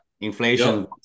inflation